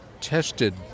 tested